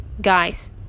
guys